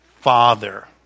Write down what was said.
father